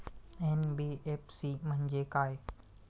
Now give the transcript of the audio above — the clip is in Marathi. एन.बी.एफ.सी म्हणजे काय?